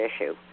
issue